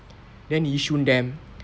then yishun dam